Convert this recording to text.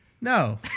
No